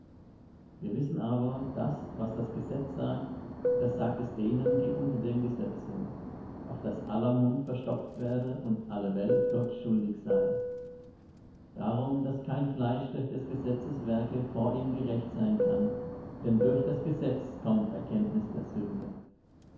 wir wissen aber daß was das gesetz sagt das sagt es denen die unter dem gesetz sind auf daß aller mund verstopft werde und alle welt gott schuldig sei darum daß kein fleisch durch des gesetzes werke vor ihm gerecht sein kann denn durch das gesetz kommt erkenntnis der sünde